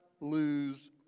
lose